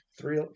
three